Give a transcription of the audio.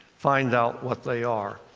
find out what they are.